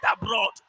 abroad